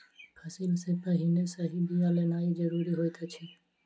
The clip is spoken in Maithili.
फसिल सॅ पहिने सही बिया लेनाइ ज़रूरी होइत अछि